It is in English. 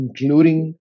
including